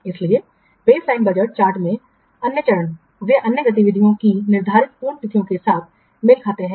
इसलिए baseline budget chart में अन्य चरण वे अन्य गतिविधियों की निर्धारित पूर्ण तिथियों के साथ मेल खाते हैं